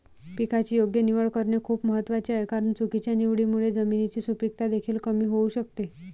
पिकाची योग्य निवड करणे खूप महत्वाचे आहे कारण चुकीच्या निवडीमुळे जमिनीची सुपीकता देखील कमी होऊ शकते